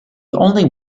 only